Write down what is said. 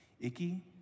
Icky